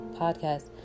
podcast